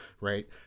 right